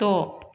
द